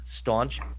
staunch